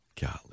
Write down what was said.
Golly